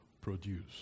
produce